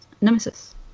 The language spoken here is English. Nemesis